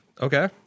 Okay